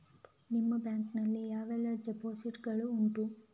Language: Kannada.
ನಿಮ್ಮ ಬ್ಯಾಂಕ್ ನಲ್ಲಿ ಯಾವೆಲ್ಲ ಡೆಪೋಸಿಟ್ ಗಳು ಉಂಟು?